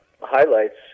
highlights